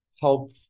help